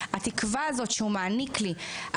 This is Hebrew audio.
התקווה הזאת שהוא מעניק לי,